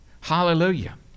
hallelujah